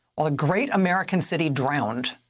on great american city drowned,